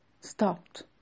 stopped